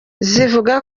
zivuga